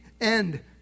end